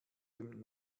dem